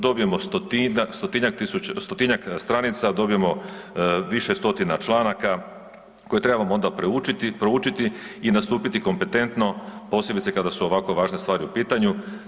Dobijemo stotinjak .../nerazumljivo/...tisuća, stotinjak stranica dobijemo više stotina članaka, koje trebamo onda proučiti i nastupiti kompetentno posebice kada su ovako važne stvari u pitanju.